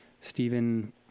Stephen